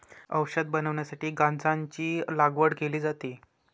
औषध बनवण्यासाठी गांजाची लागवड केली जाते